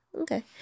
okay